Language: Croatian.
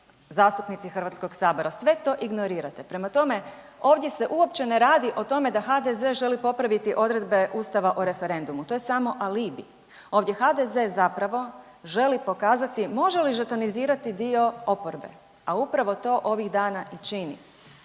zastupnici Hrvatskog sabora. Sve to ignorirate. Prema tome ovdje se uopće ne radi o tome da HDZ želi popraviti odredbe Ustava o referendumu. To je samo alibi. Ovdje HDZ zapravo želi pokazati može li žetonizirati dio oporbe, a upravo to i ovih dana i čini.